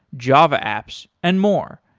java apps and more.